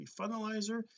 funnelizer